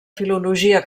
filologia